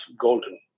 golden